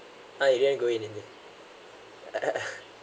why in the end go india